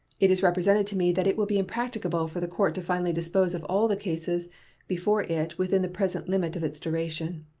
it is represented to me that it will be impracticable for the court to finally dispose of all the cases before it within the present limit of its duration.